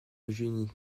eugénie